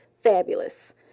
fabulous